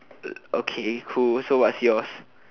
okay cool so what's yours